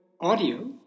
audio